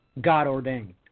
God-ordained